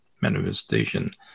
manifestation